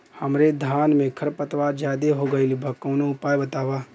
हमरे धान में खर पतवार ज्यादे हो गइल बा कवनो उपाय बतावा?